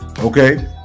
Okay